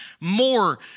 More